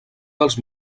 dels